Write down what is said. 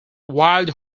wild